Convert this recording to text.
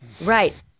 Right